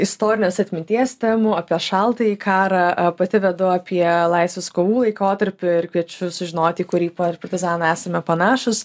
istorinės atminties temų apie šaltąjį karą a pati vedu apie laisvės kovų laikotarpį ir kviečiu sužinoti į kurį partizaną esame panašūs